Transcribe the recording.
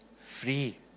free